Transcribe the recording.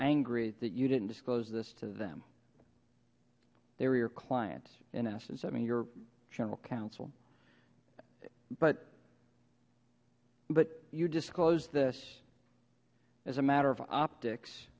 angry that you didn't disclose this to them they're you're client in essence i mean your general counsel but but you disclosed this as a matter of optics